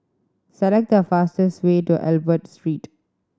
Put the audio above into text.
select the fastest way to Albert Street